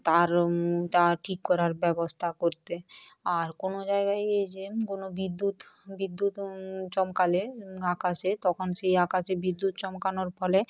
তার তার ঠিক করার ব্যবস্থা করতে আর কোনো জায়গায় এ যে কোনো বিদ্যুৎ বিদ্যুৎ চমকালে আকাশে তখন সেই আকাশে বিদ্যুৎ চমকানোর ফলে